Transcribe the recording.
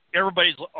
everybody's